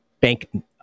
bank